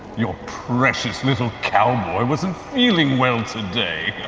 your precious little cowboy wasn't feeling well today.